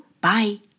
Bye